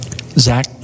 Zach